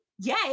Yay